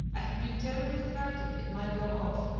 i had been terribly frightened it might go off,